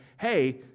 Hey